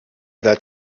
that